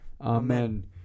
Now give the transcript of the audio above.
amen